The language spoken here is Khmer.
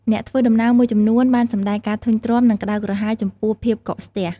អ្នកធ្វើដំណើរមួយចំនួនបានសម្តែងការធុញទ្រាន់ និងក្តៅក្រហាយចំពោះភាពកកស្ទះ។